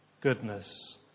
goodness